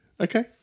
Okay